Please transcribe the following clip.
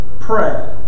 pray